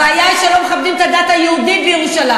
הבעיה היא שלא מכבדים את הדת היהודית בירושלים,